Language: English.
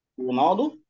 Ronaldo